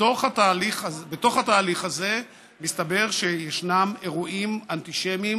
בתוך התהליך הזה מסתבר שישנם אירועים אנטישמיים